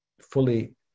fully